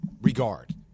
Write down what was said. regard